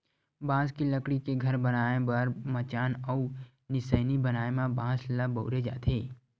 बांस के लकड़ी के घर बनाए बर मचान अउ निसइनी बनाए म बांस ल बउरे जाथे